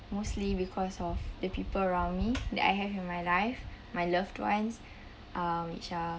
mostly because of the people around me that I have in my life my loved ones uh which are